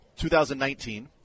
2019